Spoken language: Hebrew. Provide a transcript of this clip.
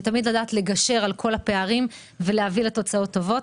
ותמיד לדעת לגשר על כל הפערים ולהביא לתוצאות טובות.